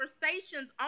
conversations